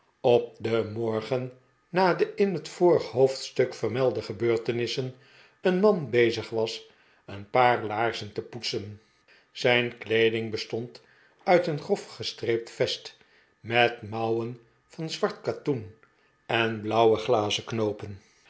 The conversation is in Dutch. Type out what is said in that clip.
op den morgen na de in het vorige hoofdstuk vermelde gebeurtenissen een man bezig was een paar laarzen te poetsen zijn kleeding bestond uit een grof gestreept vest met mouwen van zwart katoen en blauwe glazen knoopen